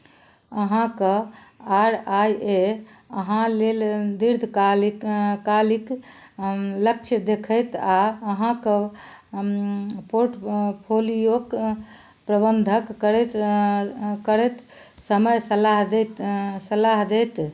अहाँक आर आइ ए अहाँ लेल दीर्घकालिक कालिक लक्ष्य देखैत आओर अहाँक पोर्टफोलियोकेँ प्रबन्धन करैत करैत समय सलाह देत सलाह देत